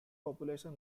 population